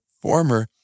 former